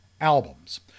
albums